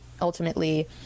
ultimately